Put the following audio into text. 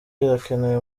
irakenewe